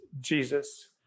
Jesus